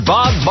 Bob